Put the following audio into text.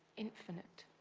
infinite.